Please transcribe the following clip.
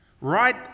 right